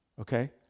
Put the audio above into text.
Okay